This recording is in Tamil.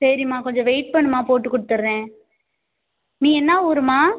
சரிம்மா கொஞ்சம் வெயிட் பண்ணும்மா போட்டுக் கொடுத்துடுறேன் நீ என்ன ஊரும்மா